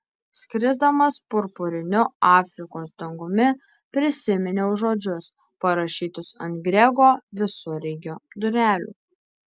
skrisdamas purpuriniu afrikos dangumi prisiminiau žodžius parašytus ant grego visureigio durelių